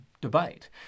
debate